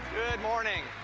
morning.